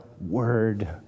word